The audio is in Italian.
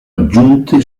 aggiunte